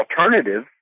alternative